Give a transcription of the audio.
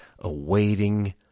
awaiting